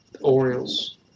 Orioles